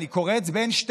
ואני קורא את זה ב-N12: